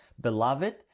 Beloved